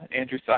Andrew